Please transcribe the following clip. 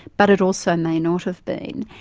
but it also may not have been,